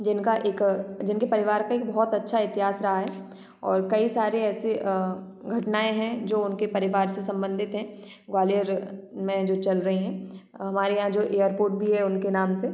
जिनका एक जिनके परिवार का एक बहुत अच्छा इतिहास रहा है और कई सारे ऐसे घटनाएं हैं जो उनके परिवार से संबंधित हैं ग्वालियर में जो चल रही हैं हमारे यहाँ जो एयरपोर्ट भी है उनके नाम से